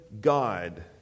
God